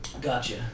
Gotcha